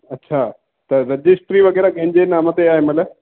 अछा त रजिस्ट्री वग़ैरह कंहिंजे नाले ते आहे माना